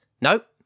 Nope